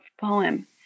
poem